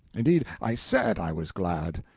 indeed, i said i was glad.